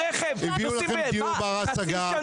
הביאו לכם דיור בה השגה,